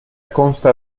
consta